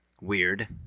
Weird